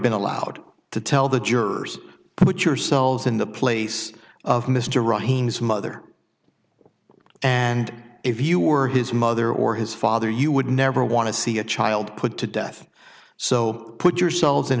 been allowed to tell the jurors put yourselves in the place of mr ryan's mother and if you were his mother or his father you would never want to see a child put to death so put yourselves in